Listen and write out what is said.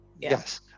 Yes